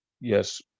yes